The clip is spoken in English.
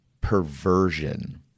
Perversion